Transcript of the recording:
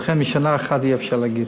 ולכן משנה אחת אי-אפשר להגיד.